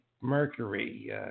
mercury